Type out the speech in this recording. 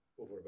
over